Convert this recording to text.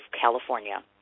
California